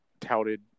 touted